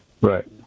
Right